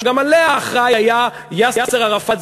שגם לה היה אחראי יאסר ערפאת,